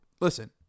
Listen